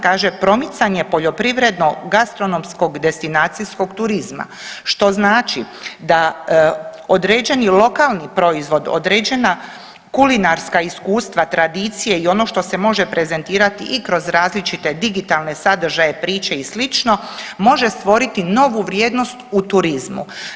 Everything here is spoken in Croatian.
Kaže promicanje poljoprivredno-gastronomskog destinacijskog turizma, što znači da određeni lokalni proizvod, određena kulinarska iskustva, tradicije i ono što se može prezentirati i kroz različite digitalne sadržaje, priče i slično može stvoriti novu vrijednost u turizmu.